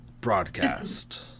broadcast